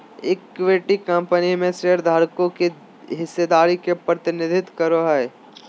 equity company में शेयरधारकों के हिस्सेदारी के प्रतिनिधित्व करो हइ